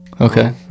Okay